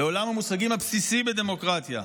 לעולם המושגים הבסיסי בדמוקרטיה.